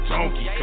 Donkey